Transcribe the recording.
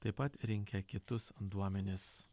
taip pat rinkę kitus duomenis